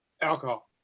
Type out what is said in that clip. alcohol